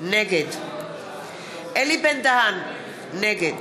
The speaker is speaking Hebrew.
נגד אלי בן-דהן, נגד